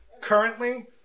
Currently